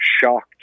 shocked